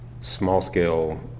small-scale